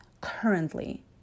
currently